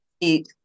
eat